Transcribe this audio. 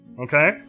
Okay